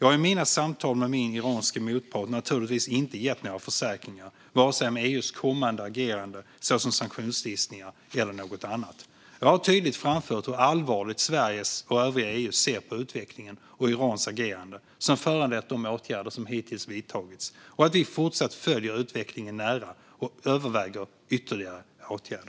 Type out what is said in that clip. har jag i mina samtal med min iranske motpart naturligtvis inte gett några försäkringar, vare sig om EU:s kommande agerande, såsom sanktionslistningar, eller något annat. Jag har tydligt framfört hur allvarligt Sverige och övriga EU ser på utvecklingen och Irans agerande, som föranlett de åtgärder som hittills vidtagits, och att vi fortsatt följer utvecklingen nära och överväger ytterligare åtgärder.